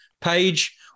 page